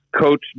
coach